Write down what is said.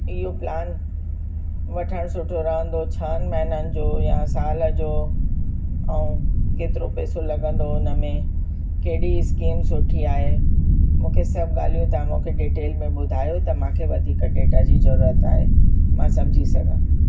इहो प्लान वठणु सुठो रहंदो छहनि महिननि जो यां साल जो ऐं केतिरो पैसो लॻंदो उन में कहिड़ी स्कीम सुठी आहे मूंखे सभु ॻाल्हियूं तव्हां मूंखे डिटेल में ॿुधायो त मूंखे वधीक डेटा जी ज़रूरत आहे मां समुझी सघां